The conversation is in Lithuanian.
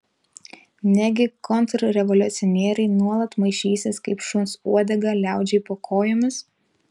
negi kontrrevoliucionieriai nuolat maišysis kaip šuns uodega liaudžiai po kojomis